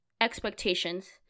Expectations